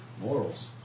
Morals